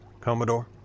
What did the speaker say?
Commodore